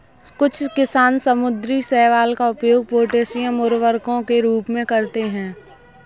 कुछ किसान समुद्री शैवाल का उपयोग पोटेशियम उर्वरकों के रूप में करते हैं